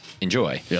enjoy